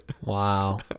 Wow